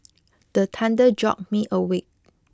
the thunder jolt me awake